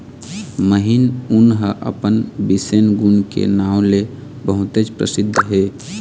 महीन ऊन ह अपन बिसेस गुन के नांव ले बहुतेच परसिद्ध हे